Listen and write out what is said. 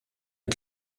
est